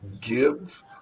give